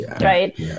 right